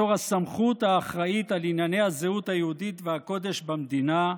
בתור הסמכות האחראית על ענייני הזהות היהודית והקודש במדינה,